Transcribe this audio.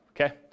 okay